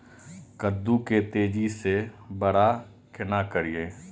कद्दू के तेजी से बड़ा केना करिए?